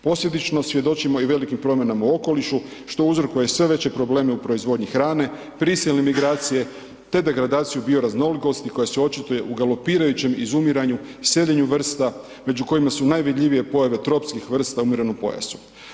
Posljedično, svjedočimo i velikim promjenama u okolišu što uzrokuje sve veće probleme u proizvodnji hrane, prisilne migracije te degradaciju bioraznolikosti koja se očituje u galopirajućem izumiranju, seljenju vrsta među kojima su najvidljivije pojave tropskih vrsta u umjerenom pojasu.